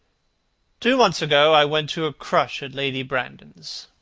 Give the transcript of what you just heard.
two months ago i went to a crush at lady brandon's.